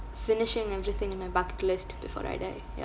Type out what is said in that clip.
finishing everything in my bucket list before I die ya